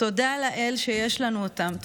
תודה לאל שיש לנו אותם,